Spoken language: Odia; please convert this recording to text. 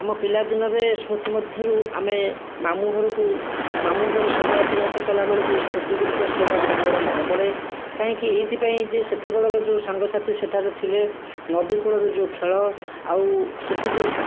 ଆମ ପିଲାଦିନରେ ସ୍ମୃତି ମଧ୍ୟରୁ ଆମେ ମାମୁଁଘରକୁ ମାମୁଁଘରେ ସମୟ ଅତିବାହିତ କଲାବେଳେ ଯେଉଁ ସ୍ମୃତିଗୁଡ଼ିକ ସେଇ ଗୁଡ଼ା ସବୁବେଳେ ମନେ ପଡ଼େ କାହିଁକି ଏଇଥିପାଇଁ ଯେ ସେତେବେଳର ଯେଉଁ ସାଙ୍ଗସାଥି ସେଠାରେ ଥିଲେ ନଦୀକୂଳର ଯେଉଁ ଖେଳ ଆଉ ସେଠି ଯେଉଁ